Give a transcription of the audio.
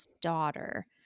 daughter